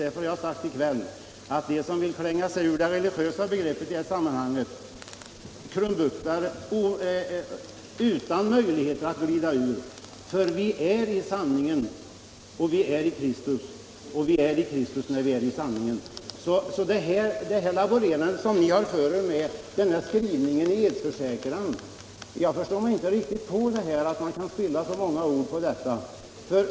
Jag har också tidigare i kväll sagt att den som vill kränga sig ur det religiösa begreppet i det här sammanhanget krumbuktar sig utan möjligheter att glida där ur, ty vi skall vara i sanningen, och vi är i Kristus när vi är i sanningen. Jag förstår därför inte hur man kan spilla så många ord på frågan om formuleringen av edsförsäkran.